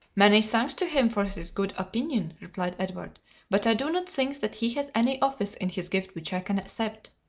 many thanks to him for his good opinion, replied edward but i do not think that he has any office in his gift which i can accept.